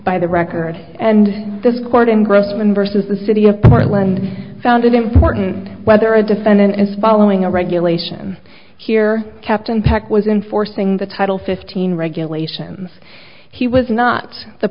by the record and this court in grossman versus the city of portland found it important whether a defendant is following a regulation here captain pack was enforcing the title fifteen regulations he was not the